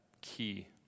key